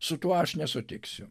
su tuo aš nesutiksiu